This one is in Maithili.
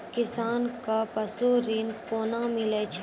किसान कऽ पसु ऋण कोना मिलै छै?